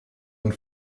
and